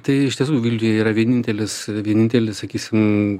tai iš tiesų vilniuj yra vienintelis vienintelis sakysim